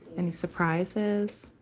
any surprises?